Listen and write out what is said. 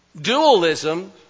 Dualism